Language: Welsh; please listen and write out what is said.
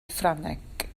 ffrangeg